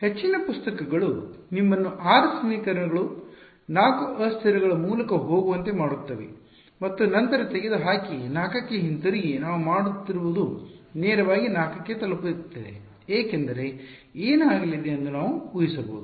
ಹೆಚ್ಚಿನ ಪುಸ್ತಕಗಳು ನಿಮ್ಮನ್ನು 6 ಸಮೀಕರಣಗಳು 4 ಅಸ್ಥಿರಗಳ ಮೂಲಕ ಹೋಗುವಂತೆ ಮಾಡುತ್ತವೆ ಮತ್ತು ನಂತರ ತೆಗೆದುಹಾಕಿ 4 ಕ್ಕೆ ಹಿಂತಿರುಗಿ ನಾವು ಮಾಡುತ್ತಿರುವುದು ನೇರವಾಗಿ 4 ಕ್ಕೆ ತಲುಪುತ್ತಿದೆ ಏಕೆಂದರೆ ಏನಾಗಲಿದೆ ಎಂದು ನಾವು ಉಹಿಸಬಹುದು